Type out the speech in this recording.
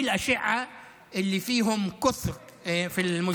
(אומר בערבית: מומחי הדימות הרבים בחברה הערבית,